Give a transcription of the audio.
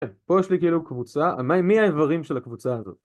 פה יש לי כאילו קבוצה, מי האיברים של הקבוצה הזאת?